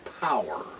power